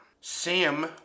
Sam